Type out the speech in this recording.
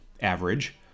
average